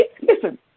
listen